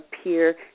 appear